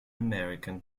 american